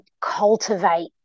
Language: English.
cultivate